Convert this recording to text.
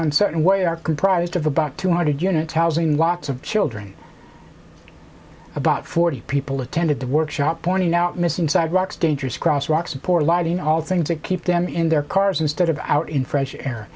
on certain way are comprised of about two hundred units housing lots of children about forty people attended the workshop pointing out missing sidewalks dangerous crosswalks and poor lighting all things to keep them in their cars instead of out in fresh air